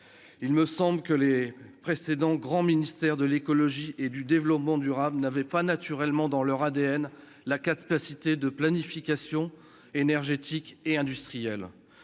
il me semble que les précédents grand ministère de l'écologie et du Développement durable n'avait pas naturellement dans leur ADN, la capacité de planification énergétique et industriel,